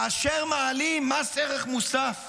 כאשר מעלים מס ערך מוסף